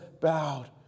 bowed